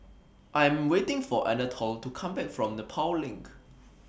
I Am waiting For Anatole to Come Back from Nepal LINK